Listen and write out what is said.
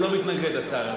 הוא לא מתנגד, השר.